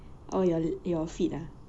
oh your your feet ah